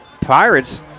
pirates